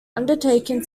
undertaken